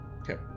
Okay